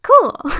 Cool